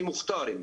למוכתרים.